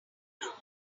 know